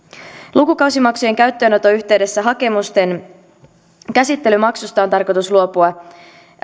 lukukausimaksujen käyttöönoton yhteydessä hakemusten käsittelymaksusta on tarkoitus luopua